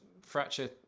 fracture